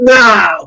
now